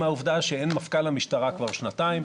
תת-ניצב פרץ,